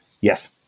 Yes